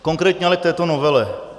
Konkrétně ale k této novele.